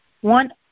One